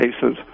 cases